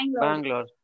Bangalore